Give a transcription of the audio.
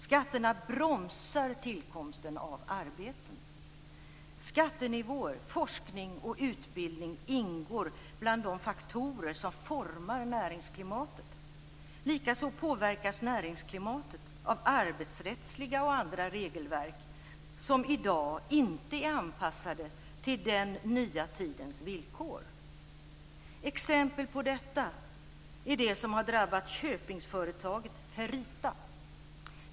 Skatterna bromsar tillkomsten av arbeten. Skattenivåer, forskning och utbildning ingår bland de faktorer som formar näringsklimatet. Likaså påverkas näringsklimatet av arbetsrättsliga och andra regelverk, som i dag inte är anpassade till den nya tidens villkor. Exempel på detta är det som drabbat Köpingföretaget Ferrita.